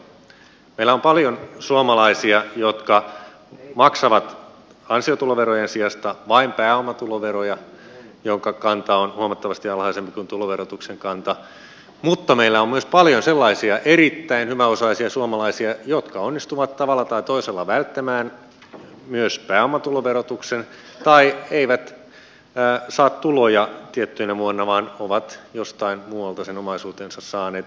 meillä on paljon suomalaisia jotka maksavat ansiotuloverojen sijasta vain pääomatuloveroa jonka kanta on huomattavasti alhaisempi kuin tuloverotuksen kanta mutta meillä on myös paljon sellaisia erittäin hyväosaisia suomalaisia jotka onnistuvat tavalla tai toisella välttämään myös pääomatuloverotuksen tai eivät saa tuloja tiettynä vuonna vaan ovat jostain muualta sen omaisuutensa saaneet